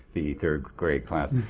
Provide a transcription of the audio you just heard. the third grade class.